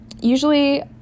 Usually